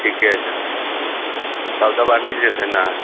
ठिके छै तऽ सब दबाइ मिल जेतै ने